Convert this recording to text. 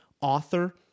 author